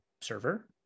server